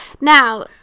Now